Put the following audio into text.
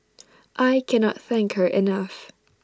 I cannot thank her enough